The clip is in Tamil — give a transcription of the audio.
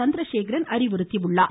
சந்திரசேகரன் அறிவுறுத்தியுள்ளார்